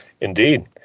Indeed